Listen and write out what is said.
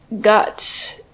got